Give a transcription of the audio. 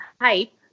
Hype